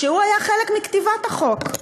שהוא היה חלק מכתיבת החוק.